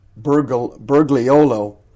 Bergliolo